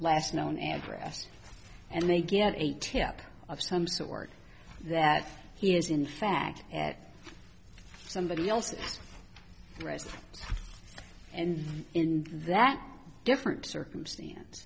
last known address and they get a tip of some sort that he is in fact at somebody else's rest and in that different circumstance